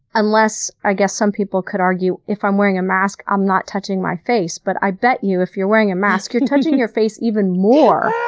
unless, i guess, some people could argue, if i'm wearing a mask, i'm not touching my face, but i bet you if you're wearing a mask you're touching your face even more,